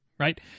right